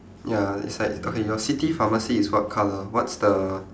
ya it's like okay your city pharmacy is what colour what's the